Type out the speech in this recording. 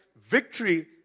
victory